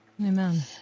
Amen